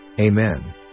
Amen